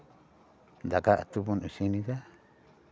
ᱫᱟᱠᱟ ᱩᱛᱩ ᱵᱚᱱ ᱤᱥᱤᱱᱮᱫᱟ